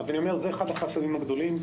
זה אחד החסמים הגדולים.